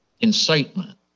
incitement